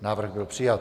Návrh byl přijat.